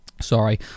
Sorry